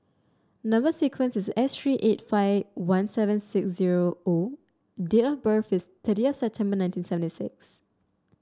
number sequence is S three eight five one seven six zero O date of birth is thirtieth September nineteen seventy six